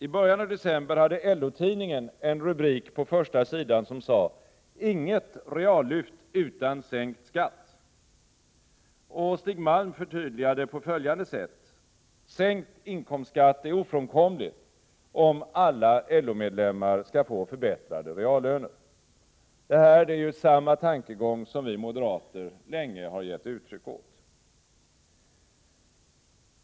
I början av december hade LO-tidningen en rubrik på första sidan i vilken det sades: ”Inget reallönelyft utan sänkt skatt!” Och Stig Malm förtydligade på följande sätt: ”Sänkt inkomstskatt är ofrånkomligt om alla LO-medlemmar skall få förbättrade reallöner.” Det är samma tankegång som vi moderater länge har givit uttryck åt.